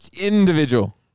Individual